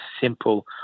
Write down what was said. simple